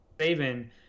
saving